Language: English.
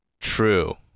True